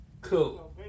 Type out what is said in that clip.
Cool